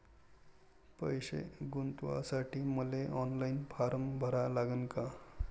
पैसे गुंतवासाठी मले ऑनलाईन फारम भरा लागन का?